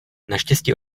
naštěstí